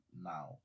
now